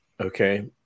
okay